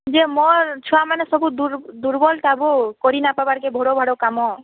ଯେ ମୋର୍ ଛୁଆ ମାନେ ସବୁ ଦୁର୍ବଳଟା ବୋ କରି ନା ପାରବାର୍ କେ ଭିଡ଼ ଭାଡ଼ କାମ